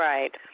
Right